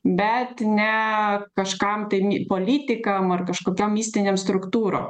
bet ne kažkam tai mi politikam ar kažkokiom mistinėm struktūrom